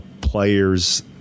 players